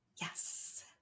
Yes